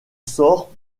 sort